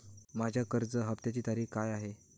माझ्या कर्ज हफ्त्याची तारीख काय आहे?